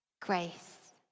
grace